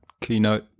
keynote